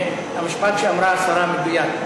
והמשפט שאמרה השרה מדויק.